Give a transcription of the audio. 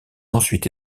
ensuite